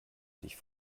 sich